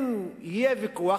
אם יהיה ויכוח,